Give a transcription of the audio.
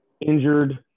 injured